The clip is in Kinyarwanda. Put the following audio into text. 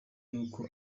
n’uko